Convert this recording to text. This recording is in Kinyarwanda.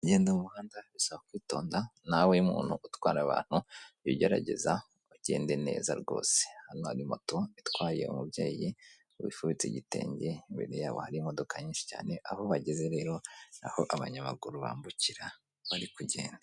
Kugenda mu muhanda bisaba kwitonda ,nawe nk'umuntu utwara abantu jya ugerageza ugende neza rwose, hano hari moto itwaye umubyeyi wifubitse igitenge, imbere hari imodoka nyinshi cyane. Aho bageze rero, naho abanyamaguru bambukira bari kugenda.